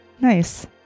Nice